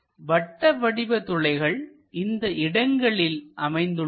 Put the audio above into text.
வட்டவடிவ துளைகள் இந்த இடங்களில் அமைந்துள்ளன